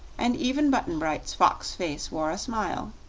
and even button-bright's fox face wore a smile.